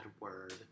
word